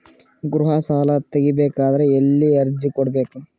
ಗೃಹ ಸಾಲಾ ತಗಿ ಬೇಕಾದರ ಎಲ್ಲಿ ಅರ್ಜಿ ಕೊಡಬೇಕು?